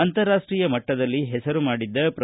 ಅಂತರರಾಷ್ಟೀಯ ಮಟ್ಟದಲ್ಲಿ ಹೆಸರು ಮಾಡಿದ್ದ ಪ್ರೊ